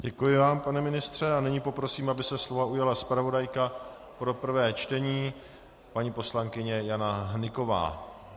Děkuji vám, pane ministře, a nyní poprosím, aby se slova ujala zpravodajka pro prvé čtení paní poslankyně Jana Hnyková.